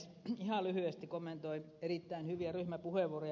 ihan lyhyesti kommentoin erittäin hyviä ryhmäpuheenvuoroja